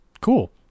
Cool